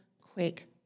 quick